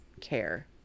care